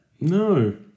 No